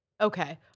Okay